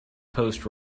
post